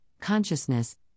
consciousness